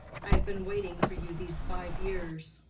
i have been waiting for you these five years.